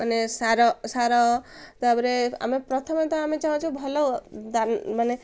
ମାନେ sir sir ତା'ପରେ ଆମେ ପ୍ରଥମେ ତ ଆମେ ଚାହୁଁଛୁ ଭଲ ମାନେ